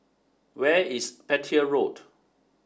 where is Petir Road